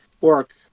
work